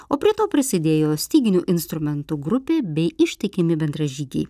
o prie to prisidėjo styginių instrumentų grupė bei ištikimi bendražygiai